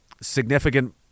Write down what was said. significant